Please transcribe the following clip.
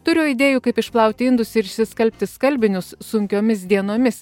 turiu idėjų kaip išplauti indus ir išsiskalbti skalbinius sunkiomis dienomis